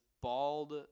bald